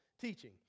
teaching